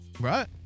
right